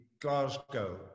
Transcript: Glasgow